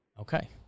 Okay